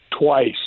twice